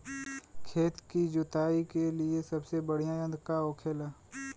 खेत की जुताई के लिए सबसे बढ़ियां यंत्र का होखेला?